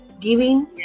giving